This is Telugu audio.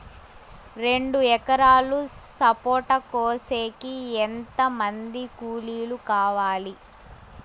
రెండు ఎకరాలు సపోట కోసేకి ఎంత మంది కూలీలు కావాలి?